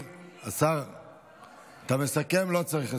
לא צריך לסכם.